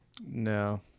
No